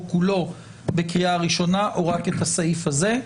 כולו בקריאה ראשונה או רק את הסעיף הזה,